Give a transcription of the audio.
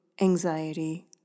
anxiety